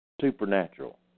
Supernatural